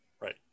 Right